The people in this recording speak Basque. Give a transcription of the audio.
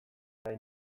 nahi